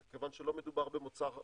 מכיוון שלא מדובר במוצר אחוד,